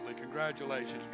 congratulations